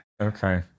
okay